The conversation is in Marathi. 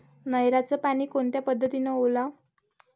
नयराचं पानी कोनच्या पद्धतीनं ओलाव?